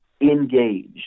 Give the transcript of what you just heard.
engaged